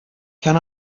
can